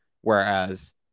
Whereas